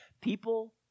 People